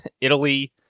italy